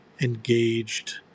engaged